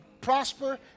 prosper